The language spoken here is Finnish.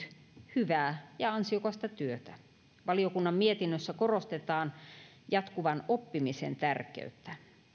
hyvää ja ansiokasta työtä valiokunnan mietinnössä korostetaan jatkuvan oppimisen tärkeyttä